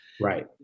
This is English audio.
Right